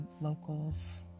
locals